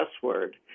password